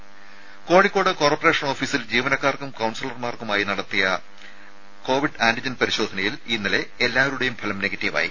രുമ കോഴിക്കോട് കോർപ്പറേഷൻ ഓഫീസിൽ ജീവനക്കാർക്കും കൌൺസിലർമാർക്കുമായി ഇന്നലെ നടത്തിയ കോവിഡ് ആന്റിജൻ പരിശോധനയിൽ എല്ലാവരുടെയും ഫലം നെഗറ്റീവായി